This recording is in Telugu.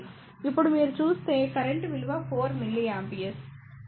ఇప్పుడు మీరు చూస్తే కరెంట్ విలువ 4 mA